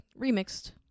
remixed